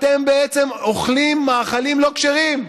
אתם בעצם אוכלים מאכלים לא כשרים.